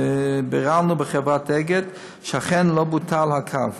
ביררנו בחברת אגד שאכן לא בוטל הקו.